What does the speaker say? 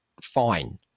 fine